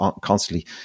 constantly